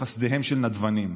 בחסדיהם של נדבנים.